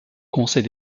conseil